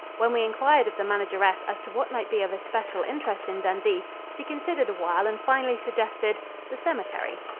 when we inquired of the manageress as to what might be of especial interest in dundee, she considered awhile and finally suggested the cemetery.